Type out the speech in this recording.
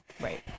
Right